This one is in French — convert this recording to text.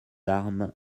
armes